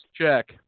check